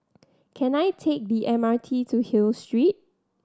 can I take the M R T to Hill Street